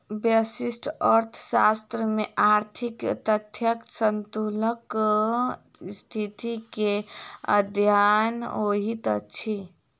व्यष्टि अर्थशास्त्र में आर्थिक तथ्यक संतुलनक स्थिति के अध्ययन होइत अछि